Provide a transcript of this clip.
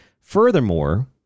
furthermore